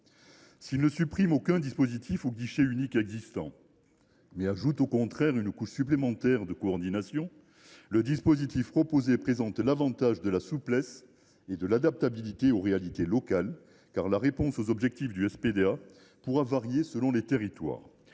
S’il ne supprime aucun dispositif ou guichet unique existant – il ajoute au contraire une couche supplémentaire de coordination –, le dispositif proposé présente l’avantage de la souplesse et de l’adaptabilité aux réalités locales. En effet, la réponse aux objectifs du SPDA pourra varier selon les territoires.